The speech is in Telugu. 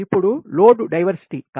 ఇప్పుడు లోడ్ డ్డైవర్సిటీ వైవిధ్యం